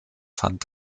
fand